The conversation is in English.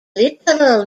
literal